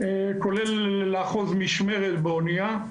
כולל לאחוז משמרת באוניה,